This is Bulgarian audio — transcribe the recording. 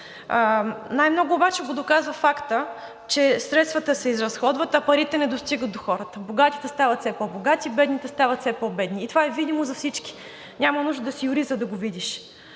Най-много обаче го доказва фактът, че средствата се изразходват, а парите не достигат до хората – богатите стават все по-богати, бедните стават все по-бедни, и това е видимо за всички, няма нужда да си юрист, за да го видиш,